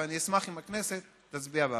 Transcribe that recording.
ואני אשמח אם הכנסת תצביע בעבורה.